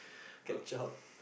ketchup